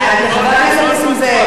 חבר הכנסת נסים זאב,